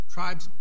Tribes